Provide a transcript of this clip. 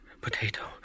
potato